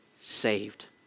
saved